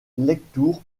lectoure